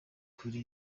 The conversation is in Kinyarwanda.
kuri